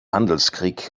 handelskrieg